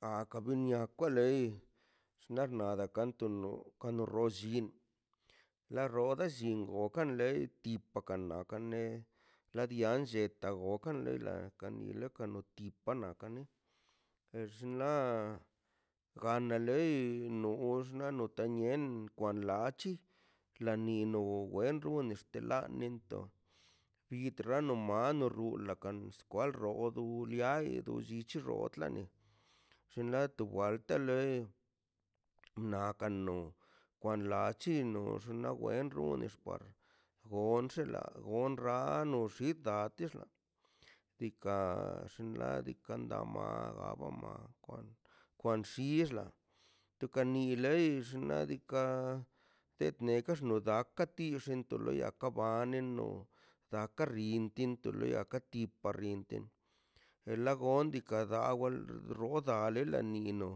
Aka binia kwa lei xnaꞌ nada kwanton ka roll- llin la rob llingo kan lei ti tapa kan lei kale la dian lletaꞌ o kan leda onla kano tipa kanan kale er xnaꞌ andale lei na note nien ikwan lac̱hi la ni no we run estelar xənto bit rano man no rula kamis kwal dulo ria ai duchi rootlan ni xinlato watlan lei kaa nakan no kwan lac̱hi no xnaꞌ wenronx chiwar onxela gon on ranox id datex diikaꞌ xinladika kan da mada abama kwan xixla tukani lei xnaꞌ diikaꞌ tet neka xno da katiixo kato lo baneno daka rintin do loi katintini e la gontika na a wel ron odale nanino